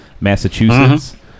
Massachusetts